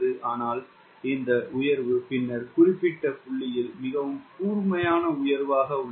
ஆனால் இந்த உயர்வு பின்னர் குறிப்பிட்ட புள்ளி மிகவும் கூர்மையான உயர்வு உள்ளது